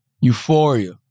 Euphoria